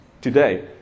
today